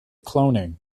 cloning